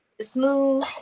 smooth